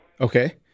Okay